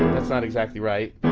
and that's not exactly right